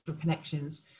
connections